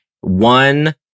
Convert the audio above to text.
one